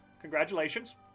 Congratulations